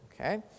okay